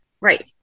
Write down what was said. Right